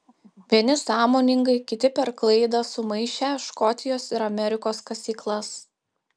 vieni sąmoningai kiti per klaidą sumaišę škotijos ir amerikos kasyklas